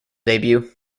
debut